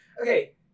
Okay